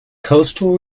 coastal